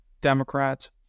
Democrats